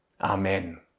Amen